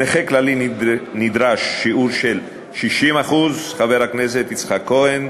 מנכה כללי נדרש שיעור של 60%, חבר הכנסת יצחק כהן,